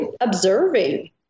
observing